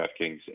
DraftKings